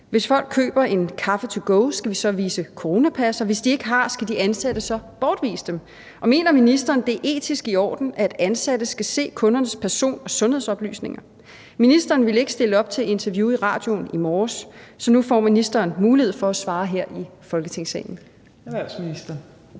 Hvis folk køber en kaffe to go, skal de så vise coronapas? Og hvis de ikke har et, skal de ansatte så bortvise dem? Mener ministeren, det er etisk i orden, at ansatte skal se kundernes person- og sundhedsoplysninger? Ministeren ville ikke stille op til interview i radioen i morges, så nu får ministeren mulighed for at svare her i Folketingssalen.